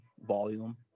volume